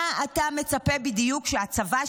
מה אתה מצפה בדיוק שהצבא,